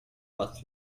but